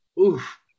Oof